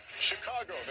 Chicago